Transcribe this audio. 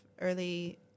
early